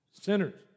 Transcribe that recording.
sinners